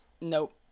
Nope